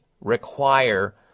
require